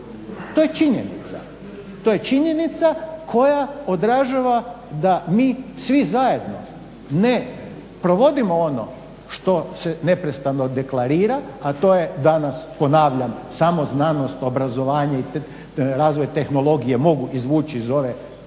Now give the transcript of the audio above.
nikoga, to je činjenica koja odražava da mi svi zajedno ne provodimo ono što se neprestano deklarira a to je danas ponavljam samo znanost, obrazovanje i razvoj tehnologije mogu izvući iz ove